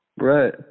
Right